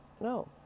no